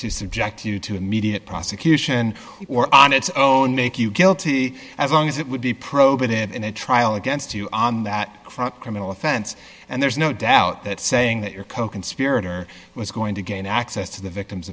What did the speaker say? to subject you to immediate prosecution or on its own make you guilty as long as it would be prohibited in a trial against you on that front criminal offense and there's no doubt that saying that your coconspirator was going to gain access to the victim